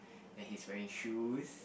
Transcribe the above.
then he's wearing shoes